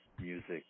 music